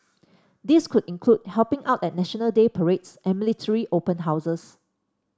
this could include helping out at National Day parades and military open houses